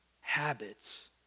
habits